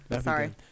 sorry